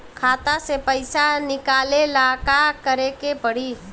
खाता से पैसा निकाले ला का करे के पड़ी?